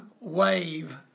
wave